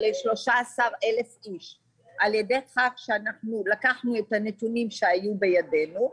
13,000 איש על ידי זה שלקחנו את הנתונים שהיו בידינו,